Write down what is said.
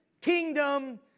kingdom